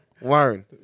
Learn